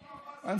הכסף?